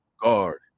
guard